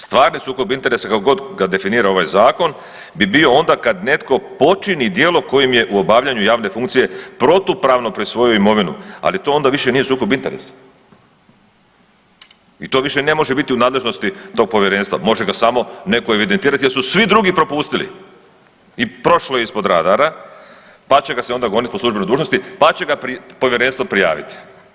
Stvarni sukob interesa kako god ga definira ovaj zakon bi bio onda kad netko počini djelo kojim je u obavljanju javne funkcije protupravno prisvojio imovinu, ali to onda više nije sukob interesa i to više ne može biti u nadležnosti tog povjerenstva, može ga samo netko evidentirati jer su svi drugi propustili i prošlo je ispod radara, pa će ga se onda goniti po službenoj dužnosti, pa će ga povjerenstvo prijaviti.